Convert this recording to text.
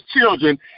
children